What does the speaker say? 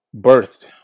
birthed